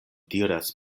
diras